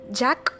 jack